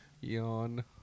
Yawn